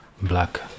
black